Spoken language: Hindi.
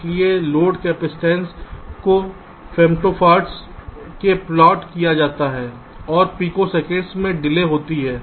इसलिए लोड कैपेसिटेंस को फेमटोफार्ड्स में प्लॉट किया जाता है और पिकोसेकंड में डिले होती है